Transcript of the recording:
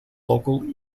local